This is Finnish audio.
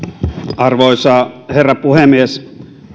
arvoisa herra puhemies